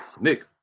Nick